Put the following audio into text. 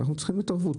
ואנחנו צריכים התערבות,